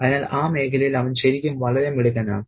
അതിനാൽ ആ മേഖലയിൽ അവൻ ശരിക്കും വളരെ മിടുക്കനാണ്